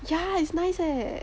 yeah it's nice leh